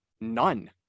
none